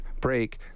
break